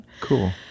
cool